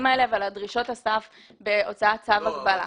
האלה ועל דרישות הסף באותו צו הגבלה.